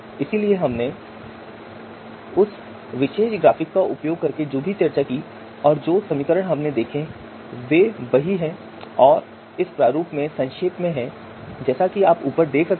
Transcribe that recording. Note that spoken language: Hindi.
इसलिए हमने उस विशेष ग्राफिक का उपयोग करके जो भी चर्चा की और जो समीकरण हमने देखे वे वही हैं और इस प्रारूप में संक्षेप में हैं जैसा कि आप ऊपर देख सकते हैं